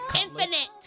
Infinite